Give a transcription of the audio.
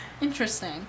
Interesting